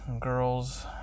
Girls